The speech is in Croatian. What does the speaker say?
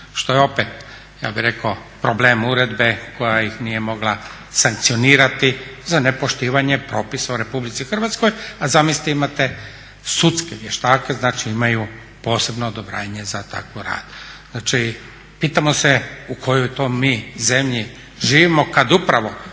što je opet ja bih rekao problem uredbe koja ih nije mogla sankcionirati za nepoštivanje propisa u RH, a zamislite imate sudske vještake, znači imaju posebno odobrenje za takav rad. Znači, pitamo se u kojoj to mi zemlji živimo kad upravo